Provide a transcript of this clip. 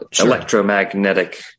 electromagnetic